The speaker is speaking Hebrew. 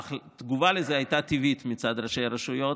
התגובה לזה הייתה טבעית מצד ראשי הרשויות,